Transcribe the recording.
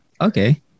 Okay